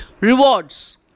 Rewards